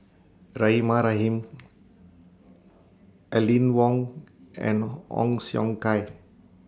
Rahimah Rahim Aline Wong and Ong Siong Kai